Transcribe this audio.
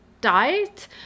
diet